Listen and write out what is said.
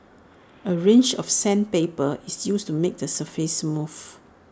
A range of sandpaper is used to make the surface smooth